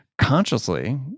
Consciously